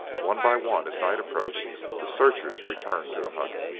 one by one as night approached the searchers returned to the hut.